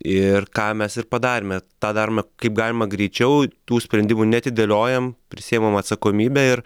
ir ką mes ir padarėme tą darome kaip galima greičiau tų sprendimų neatidėliojam prisiimam atsakomybę ir